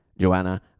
Joanna